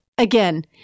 again